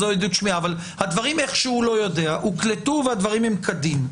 זאת עדות שמיעה אבל הדברים איכשהו הוקלטו והם כדין.